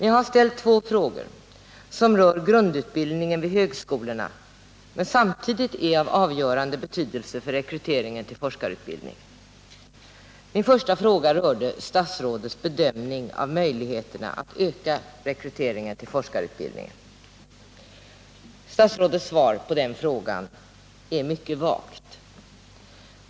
Jag har ställt två frågor som rör grundutbildningen vid högskolorna men som samtidigt är av avgörande betydelse för rekryteringen till forskarutbildningen. Min första fråga rörde statsrådets bedömning av möjligheterna att öka rekryteringentill forskarutbildningen. Statsrådets svar på den frågan är mycket vagt.